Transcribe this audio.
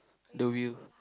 the wheel